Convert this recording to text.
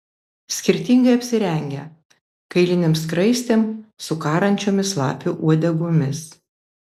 skirtingai apsirengę kailinėm skraistėm su karančiomis lapių uodegomis